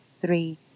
three